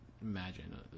imagine